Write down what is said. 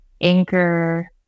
anchor